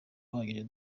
uhagije